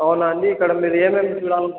అవునా అండీ ఇక్కడ మీరు ఏమేం చూడాలనుకుంటున్నారు